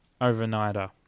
Overnighter